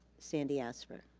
sandy asper.